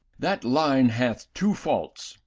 that line hath two faults,